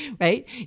right